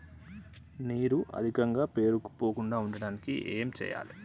నీరు అధికంగా పేరుకుపోకుండా ఉండటానికి ఏం చేయాలి?